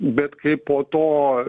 bet kai po to